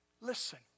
Listen